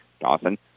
Dawson